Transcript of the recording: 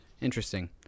Interesting